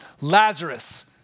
Lazarus